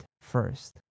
first